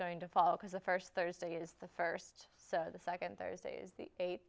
going to fall because the first thursday is the first so the second thursdays the eight